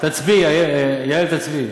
יעל, תצביעי.